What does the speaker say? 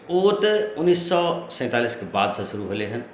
ओ तऽ उन्नैस सए सैंतालिसके बाद शुरू भेलै हेँ